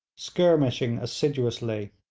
skirmishing assiduously.